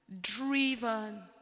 driven